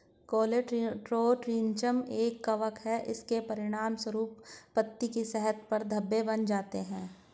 Colletotrichum एक कवक है, इसके परिणामस्वरूप पत्ती की सतह पर धब्बे बन जाते हैं